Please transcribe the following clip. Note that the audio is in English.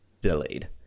delayed